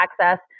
access